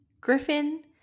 Griffin